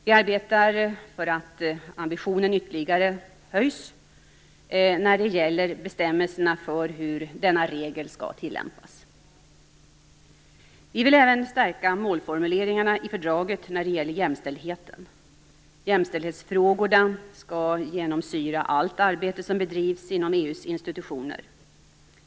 Vi arbetar för att ambitionen höjs ytterligare när det gäller bestämmelserna för hur denna regel skall tillämpas. Vi vill även stärka målformuleringarna i fördraget när det gäller jämställdheten. Jämställdhetsfrågorna skall genomsyra allt arbete som bedrivs inom EU:s institutioner.